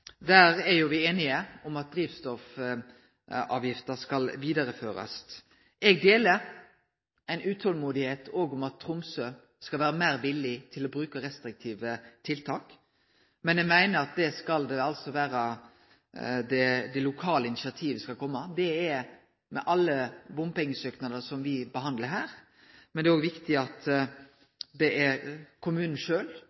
Der er me jo einige om at drivstoffavgifta skal vidareførast. Eg deler òg eit utolmod om at Tromsø skal vere meir villig til å bruke restriktive tiltak, men eg meiner at det skal kome frå det lokale initiativet. Det gjeld alle bompengesøknader som vi behandlar her. Men det er òg viktig at